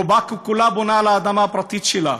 רובה ככולה בונה על האדמה הפרטית שלה,